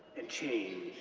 and change.